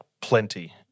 plenty